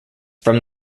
from